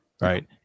right